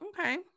Okay